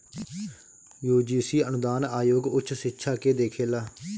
UGC अनुदान आयोग उच्च शिक्षा के देखेला